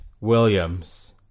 Williams